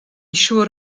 siŵr